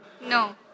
No